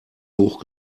hoch